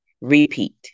repeat